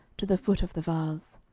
to the foot of the vase.